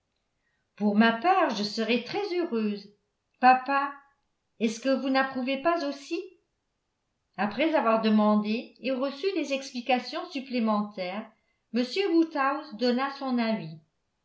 pour ma part je serais très heureuse papa est-ce que vous n'approuvez pas aussi après avoir demandé et reçu des explications supplémentaires m woodhouse donna son avis